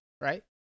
right